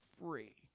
free